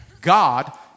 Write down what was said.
God